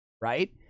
right